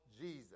Jesus